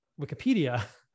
Wikipedia